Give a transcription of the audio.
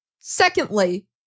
Secondly